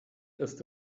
ist